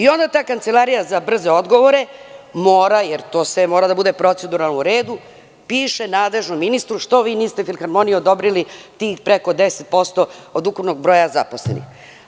Onda ta Kancelarija za brze odgovore mora, jer to sve mora da bude proceduralno u redu, piše nadležnom ministru – što vi niste Filharmoniji odobrili tih preko 10% od ukupnog broja zaposlenih?